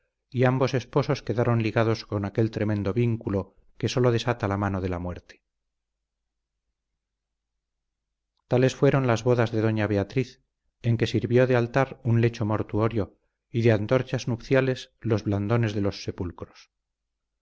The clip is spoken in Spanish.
y ambos esposos quedaron ligados con aquel tremendo vínculo que sólo desata la mano de la muerte tales fueron las bodas de doña beatriz en que sirvió de altar un lecho mortuorio y de antorchas nupciales los blandones de los supulcros